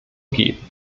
geben